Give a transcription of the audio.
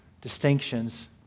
distinctions